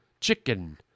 chicken